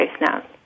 now